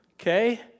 Okay